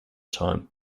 time